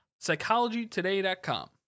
Psychologytoday.com